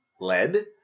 lead